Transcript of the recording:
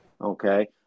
Okay